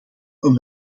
een